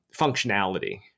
functionality